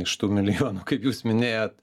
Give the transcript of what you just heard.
iš tų milijonų kaip jūs minėjot